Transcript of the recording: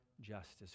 justice